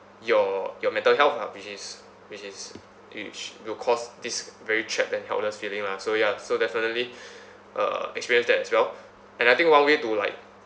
your your mental health lah which is which is which will cause this very trapped and helpless feeling lah so ya so definitely uh experience that as well and I think one way to like